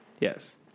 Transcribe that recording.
Yes